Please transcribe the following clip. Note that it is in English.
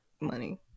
money